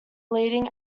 leading